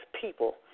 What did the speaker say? people